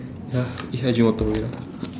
ya i drink water wait ah